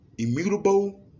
Immutable